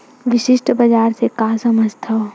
विशिष्ट बजार से का समझथव?